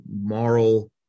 moral